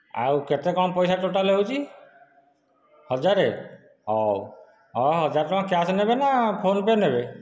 ଆଉ କେତେ କଣ ପଇସା ଟୋଟାଲ ହେଉଛି ହଜାରେ ହଉ ହଁ ହଜାରେ ଟଙ୍କା କ୍ୟାଶ ନେବେ ନା ଫୋନ ପେ ନେବେ